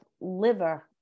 liver